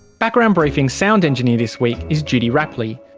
background briefing's sound engineer this week is judy rapley,